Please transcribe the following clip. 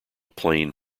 plane